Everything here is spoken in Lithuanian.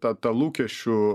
tą tą lūkesčių